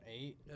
eight